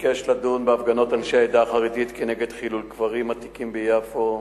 ביקש לדון בהפגנות אנשי העדה החרדית כנגד חילול קברים עתיקים ביפו.